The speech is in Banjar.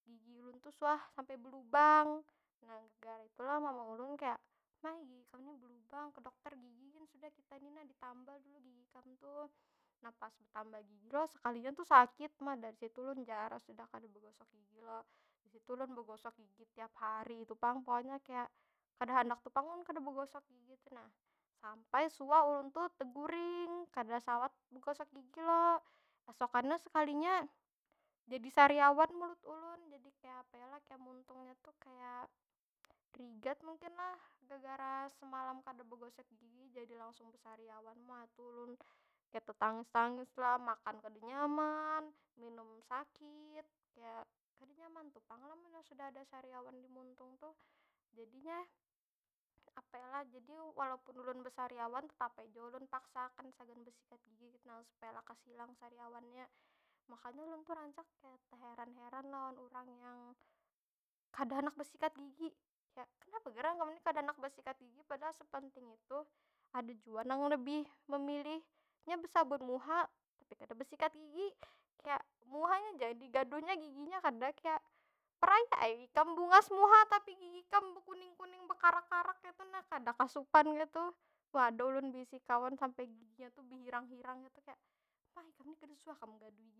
Gigi ulun tu suah sampai belubang. Nah gegara itu loh mama ulun kaya, nah ai gigi ikam ni belubang, ke dokter gigi gin sudah kita ni nah. Ditambal dulu gigi ikam tu! Nah pas betambal gigi lo, sekalinya tu sakit. Uma dari situ ulun jara sudah kada begosok gigi lo. Di situ ulun begosok gigi tiap hari tu pang. Pokoknya kaya, kada handak tu pang ulun kada begosok gigi tu nah. Sampai suah ulun tu teguring, kada sawat begosok gigi lo. Esokannya sekalinya jadi sariawan mulut ulun, jadi kaya apa yo lah? Kaya muntungnya tu kaya rigat mungkin lah? Gegara semalam kada begosok gigi, jadi langsung besariawan. ma itu ulun kaya tetangis- tangis lah, makan kada nyaman, minum sakit, kada nyaman tu pang lah munnya sudah ada sariawan di muntung tuh. Jadinya, apa yo lah? Jadi, walaupun ulun besariawan tetap ai jua ulun paksaakan sagan besikat gigi kaytu nah. Supaya lakas ilang sariawannya. Makanya ulun tu rancak kaya teheran- heran lawan urang yang kada handak besikat gigi. Kaya, kenapa gerang kam ni kada handak besikat gigi? Padahal sepenting itu. Ada jua nang lebih memilih, nya besabun muha tapi kada besikat gigi. Kaya, muhanya ja digaduhnya, giginya kada. Kaya, peraya ai ikam bungas muha tapi gigi kam bekuning- kuning bekarak- karak kaytu nah. Kada kah supan kaytu? ada ulun beisi kawan sampai giginya tu behirang- hirang kaytu. Kaya, ah ikam ni kada suah kah menggaduhi gigi?